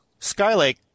Skylake